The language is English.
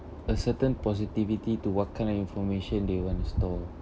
a certain positivity to what kind of information they want to store